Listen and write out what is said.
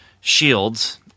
shields